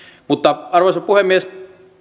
mutta arvoisa puhemies